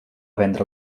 vendre